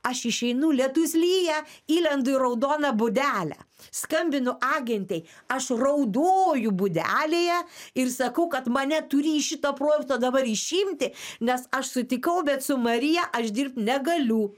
aš išeinu lietus lyja įlendu ir raudoną būdelę skambinu agentei aš raudoju būdelėje ir sakau kad mane turi į šitą projektą dabar išimti nes aš sutikau bet su marija aš dirbt negaliu